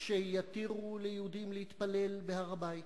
כשיתירו ליהודים להתפלל בהר-הבית,